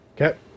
Okay